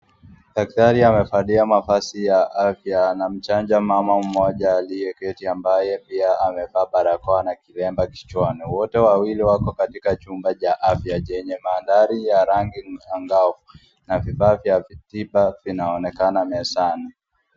Daktari amevalia mavazi ya afya, anamchanja mama mmoja aliyeketi ambaye pia amevaa barakoa na kilemba kichwani. Wote wawili wako katika chumba cha afya chenye mandhari ya rangi angavu na vifaa vya tiba vinaonekana mezani.